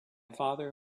father